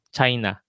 China